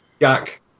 Jack